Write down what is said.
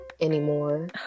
anymore